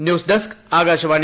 news desk Akashvani